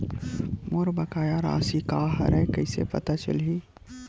मोर बकाया राशि का हरय कइसे पता चलहि?